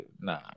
nah